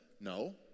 No